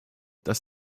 dass